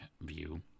view